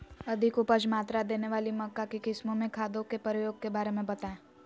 अधिक उपज मात्रा देने वाली मक्का की किस्मों में खादों के प्रयोग के बारे में बताएं?